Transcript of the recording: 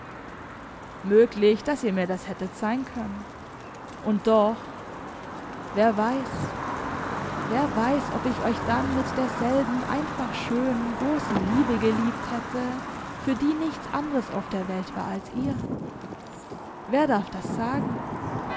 möglich daß ihr mir das hättet sein können und doch wer weiß wer weiß ob ich euch dann mit derselben einfach schönen großen liebe geliebt hätte für die nichts anderes auf der welt war als ihr wer darf das sagen